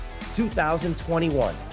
2021